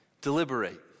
deliberate